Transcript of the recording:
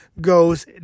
goes